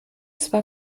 zwar